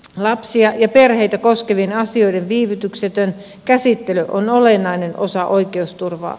lapsia ja perheitä koskevien asioiden viivytyksetön käsittely on olennainen osa oikeusturvaa